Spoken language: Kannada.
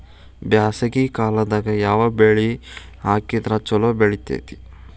ಬ್ಯಾಸಗಿ ಕಾಲದಾಗ ಯಾವ ಬೆಳಿ ಹಾಕಿದ್ರ ಛಲೋ ಬೆಳಿತೇತಿ?